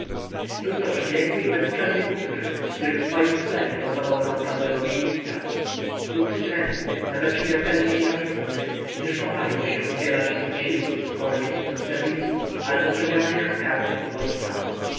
śmieszne byłto przebiegły i bezczelny kupczyk który w swoim sklepie pozował na upadłego ministra był wstrętny nawet śmiertelnie nienawistny gdyż poważył się udzielać im zasiłki w formie kupna serwisu albo przegranych w karty do ojca